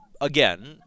again